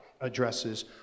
addresses